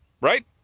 Right